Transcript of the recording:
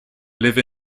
live